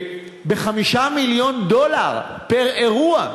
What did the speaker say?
ב-5 מיליון דולר פר-אירוע.